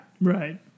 right